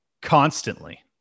Constantly